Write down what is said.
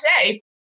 today